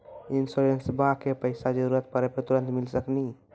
इंश्योरेंसबा के पैसा जरूरत पड़े पे तुरंत मिल सकनी?